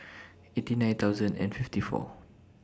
eighty nine thousand and fifty four